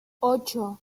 ocho